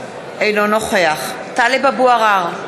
אינו נוכח טלב אבו עראר,